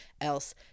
else